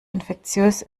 infektiös